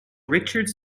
richards